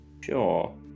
Sure